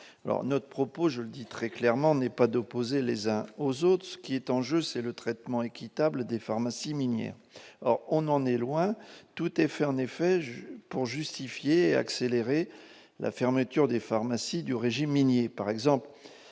Notre propos, je le dis très clairement, n'est pas d'opposer les unes aux autres. Ce qui est en jeu, c'est le traitement équitable des pharmacies minières. On en est loin : tout est fait, en effet, pour justifier et accélérer la fermeture des pharmacies du régime minier.